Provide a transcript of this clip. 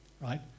right